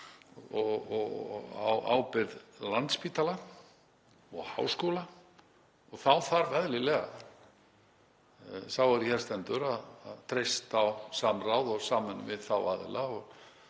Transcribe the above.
á ábyrgð Landspítala og háskóla og þá þarf eðlilega sá er hér stendur að treysta á samráð og samvinnu við þá aðila.